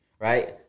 right